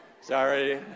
sorry